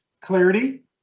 Clarity